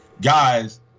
guys